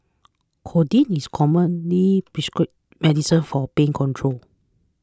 codeine is a commonly prescribed medication for pain control